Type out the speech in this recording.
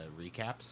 recaps